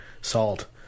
salt